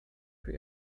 für